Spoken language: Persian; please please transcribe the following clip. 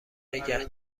نگه